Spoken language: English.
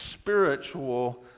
spiritual